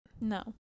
No